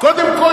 קודם כול,